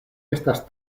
estas